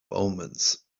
omens